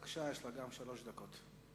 שלוש דקות.